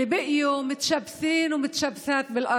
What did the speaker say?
להלן תרגומם: ביום החקלאות ברצוני לברך את כל